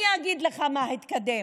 אני אגיד לך מה התקדם: